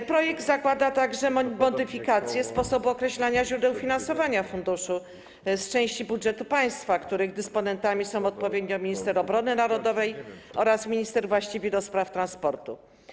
W projekcie zakłada się także modyfikację sposobu określania źródeł finansowania funduszu z części budżetu państwa, których dysponentami są odpowiednio minister obrony narodowej oraz minister właściwy do spraw transportu.